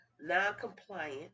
non-compliant